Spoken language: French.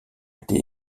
été